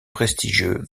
prestigieux